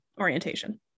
orientation